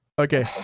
Okay